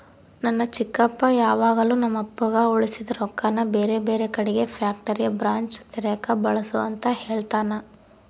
ನನ್ನ ಚಿಕ್ಕಪ್ಪ ಯಾವಾಗಲು ನಮ್ಮಪ್ಪಗ ಉಳಿಸಿದ ರೊಕ್ಕನ ಬೇರೆಬೇರೆ ಕಡಿಗೆ ಫ್ಯಾಕ್ಟರಿಯ ಬ್ರಾಂಚ್ ತೆರೆಕ ಬಳಸು ಅಂತ ಹೇಳ್ತಾನಾ